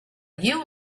you